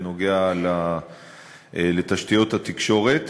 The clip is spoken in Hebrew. בנוגע לתשתיות התקשורת.